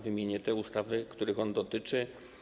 Wymienię te ustawy, których on dotyczy.